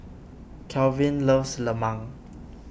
Kelvin loves Lemang